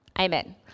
Amen